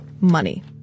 Money